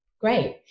Great